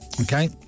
Okay